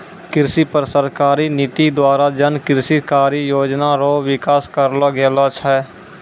कृषि पर सरकारी नीति द्वारा जन कृषि कारी योजना रो विकास करलो गेलो छै